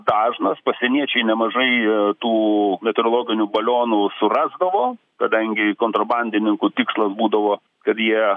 dažnas pasieniečiai nemažai tų meteorologinių balionų surasdavo kadangi kontrabandininkų tikslas būdavo kad jie